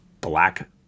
Black